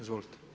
Izvolite.